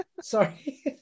Sorry